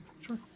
sure